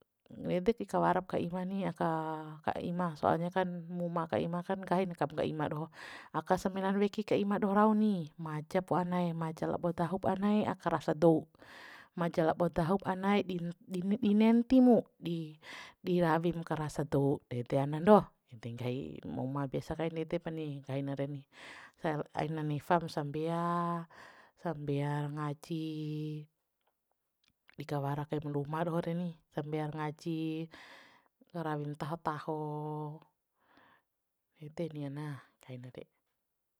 Nedek ki kawarap ka ima ni aka ka ima soalnya kan muma ka ima kan nggahin kap ka ima doho aka samenan weki ka ima doho rau ni majapo ana maja labo dahu pu ana ee aka rasa dou maja labo dahup ana ee di di nenti mu di di rawim ka ras dou nede ana ndo nede nggahi muma biasa kain ede pa ni nggahi na reni aina nefam sambea sambear ngaji di kawara kaim ruma roho reni sambea ra ngaji rawim taho taho ede ni ana nggahi nare